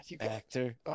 actor